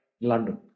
London